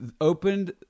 opened